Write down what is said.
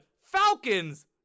Falcons